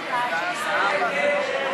ההסתייגות (25) של קבוצת סיעת יש עתיד וקבוצת סיעת הרשימה